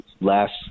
last